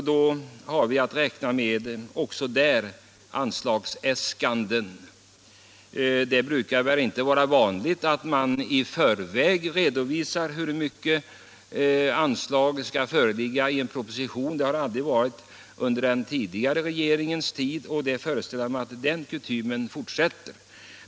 Då har vi att räkna med anslagsäskanden också där. Det är inte vanligt att man i förväg redovisar hur stora anslag som skall föreslås i en proposition. Det har det inte varit under den tidigare regeringens tid, och jag föreställer mig att den kutymen fortsätter.